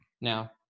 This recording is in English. Now